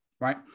Right